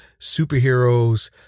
superheroes